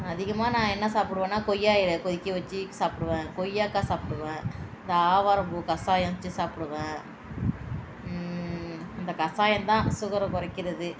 அதிகமாக நான் என்ன சாப்பிடுவேனா கொய்யா இல கொதிக்க வச்சு சாப்பிடுவேன் கொய்யாக்காய் சாப்பிடுவேன் இந்த ஆவாரம் பூ கசாயம் வச்சு சாப்பிடுவேன் இந்த கசாயம் தான் சுகரை குறைக்கிறது